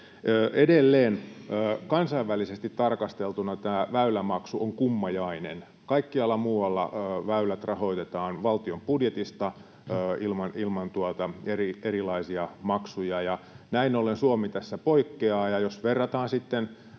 Edelleen, kansainvälisesti tarkasteltuna tämä väylämaksu on kummajainen. Kaikkialla muualla väylät rahoitetaan valtion budjetista ilman erilaisia maksuja, ja näin ollen Suomi tässä poikkeaa. Jos verrataan sitten